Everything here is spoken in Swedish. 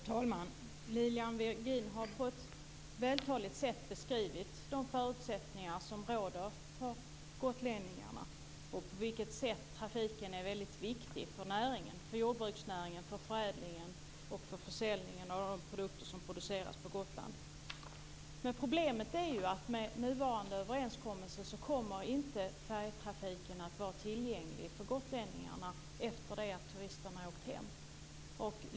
Fru talman! Lilian Virgin har på ett vältaligt sätt beskrivit de förutsättningar som råder för gotlänningarna och på vilket sätt trafiken är väldigt viktig för jordbruksnäringen, för förädlingen och för försäljningen av de produkter som produceras på Gotland. Men problemet är ju att med nuvarande överenskommelse kommer inte färjetrafiken att vara tillgänglig för gotlänningarna efter det att turisterna har åkt hem.